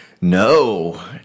No